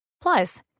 Plus